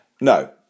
No